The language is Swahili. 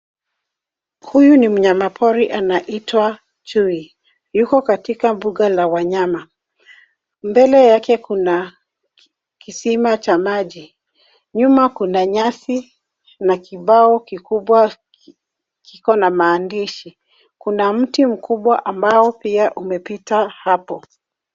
Huyu ni mnyama pori, anaitwa chui. Yuko katika mbuga la wanyama. Mbele yake kuna kisima cha maji, nyuma kuna nyasi na kibao kikubwa kiko na maandishi. Kuna mti mkubwa ambao pia umepita hapo.